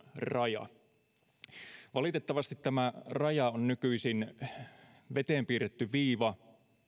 raja valitettavasti tämä raja on nykyisin veteen piirretty viiva